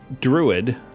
druid